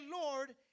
Lord